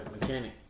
mechanic